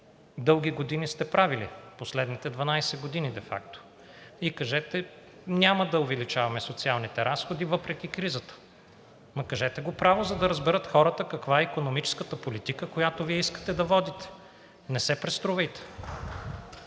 дълги години сте правили – последните 12 години де факто, и кажете: няма да увеличаваме социалните разходи, въпреки кризата. Ама кажете го право, за да разберат хората каква е икономическата политика, която Вие искате да водите. Не се преструвайте,